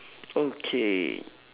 okay